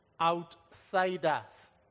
outsiders